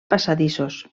passadissos